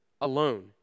alone